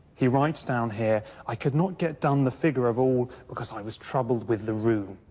he writes down here, i could not get done the figure of all because i was troubled with the rheum.